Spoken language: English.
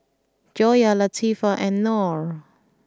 Joyah Latifa and Nor